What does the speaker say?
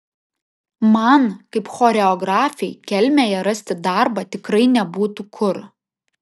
man kaip choreografei kelmėje rasti darbą tikrai nebebūtų kur